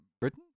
Britain